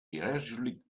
irresolute